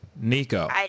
Nico